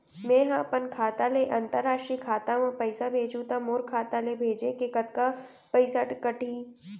मै ह अपन खाता ले, अंतरराष्ट्रीय खाता मा पइसा भेजहु त मोर खाता ले, भेजे के कतका पइसा कटही?